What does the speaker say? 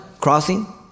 crossing